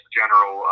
general